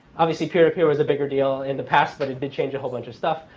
obviously peer-to-peer was a bigger deal in the past, but it did change a whole bunch of stuff.